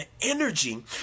energy